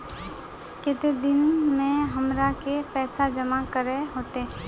केते दिन में हमरा के पैसा जमा करे होते?